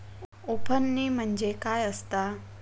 उफणणी म्हणजे काय असतां?